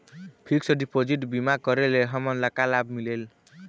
Fix deposit बीमा करे ले हमनला का लाभ मिलेल?